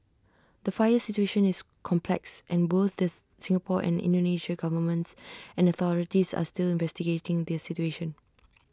the fire situation is complex and both the Singapore and Indonesia governments and authorities are still investigating the situation